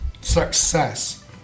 Success